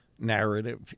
narrative